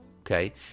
okay